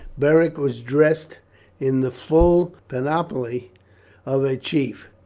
beric was dressed in the full panoply of a chief.